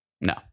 no